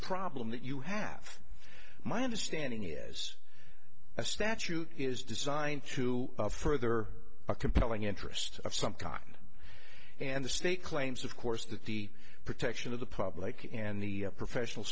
problem that you have my understanding is a statute is designed to further a compelling interest of some kind and the state claims of course that the protection of the public and the professional